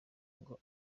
ngo